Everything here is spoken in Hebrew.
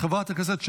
חבר הכנסת יבגני סובה,